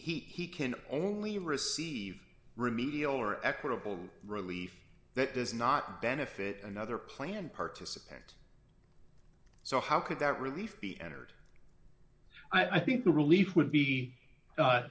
it's he can only receive remedial or equitable relief that does not benefit another plan participant so how could that relief be entered i think the relief would be